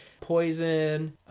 Poison